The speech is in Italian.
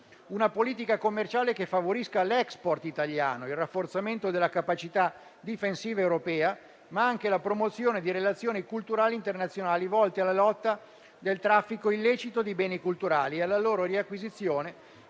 una politica commerciale che favorisca l'*export* italiano, il rafforzamento della capacità difensiva europea, ma anche la promozione di relazioni culturali internazionali volte alla lotta del traffico illecito di beni culturali e alla loro riacquisizione